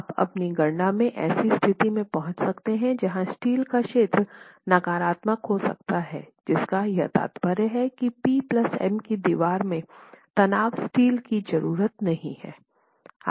आप अपनी गणना में ऐसी स्थिति में पहुंच सकते हैं जहां स्टील का क्षेत्र नकारात्मक हो सकता हैं जिसका यह तात्पर्य है कि P M कि दीवार में तनाव स्टील की जरूरत नहीं है